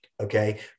Okay